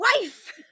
wife